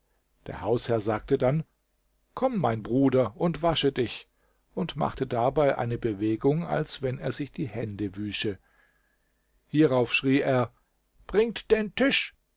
der hausherr sagte sodann komm mein bruder und wasche dich und machte dabei eine bewegung als wenn er sich die hände wüsche hierauf schrie er bringt den tisch